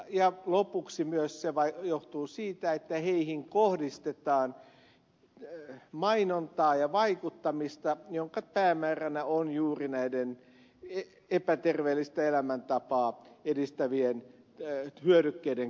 ja lopuksi myös se johtuu siitä että heihin kohdistetaan mainontaa ja vaikuttamista jonka päämääränä on juuri näiden epäterveellistä elämäntapaa edistävien hyödykkeiden käyttö